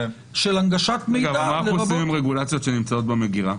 של הנגשת מידע --- מה אנחנו עושים עם רגולציות שנמצאות במגירה?